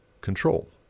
control